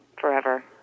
forever